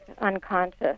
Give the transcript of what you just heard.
unconscious